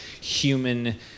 human